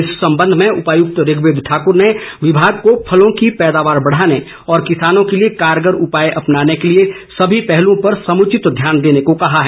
इस संबंध में उपायुक्त ऋग्वेद ठाकुर ने विभाग को फलों की पैदावार बढ़ाने और किसानों के लिए कारगर उपाय अपनाने के लिए सभी पहलुओं पर समुचित ध्यान देने को कहा है